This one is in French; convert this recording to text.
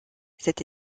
cette